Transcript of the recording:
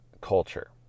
culture